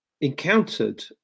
encountered